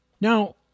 Now